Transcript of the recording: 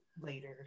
later